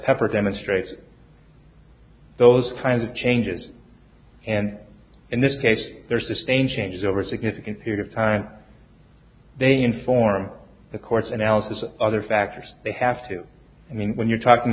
pepper demonstrates those kinds of changes and in this case there's the stain changes over a significant period of time they inform the courts analysis of other factors they have to i mean when you're talking